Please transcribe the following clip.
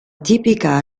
tipica